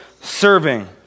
serving